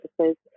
services